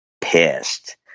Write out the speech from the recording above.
pissed